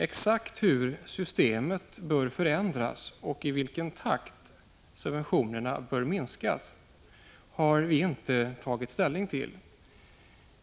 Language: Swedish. Exakt hur systemet bör förändras och i vilken takt subventionerna bör minskas har vi inte tagit ställning till.